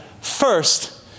first